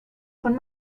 von